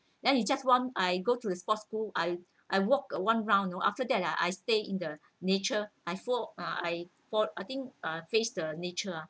then you just want I go to the sports school I I walk one round you know after that ah I I stay in the nature I for I for I think ah face the nature